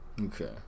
Okay